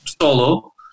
solo